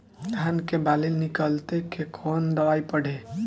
धान के बाली निकलते के कवन दवाई पढ़े?